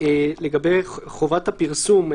לגבי חובת הפרסום.